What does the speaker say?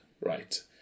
right